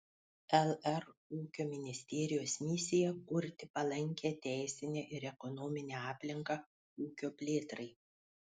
lr ūkio ministerijos misija kurti palankią teisinę ir ekonominę aplinką ūkio plėtrai